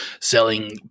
selling